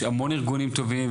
ויש הרבה ארגונים טובים,